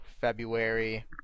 February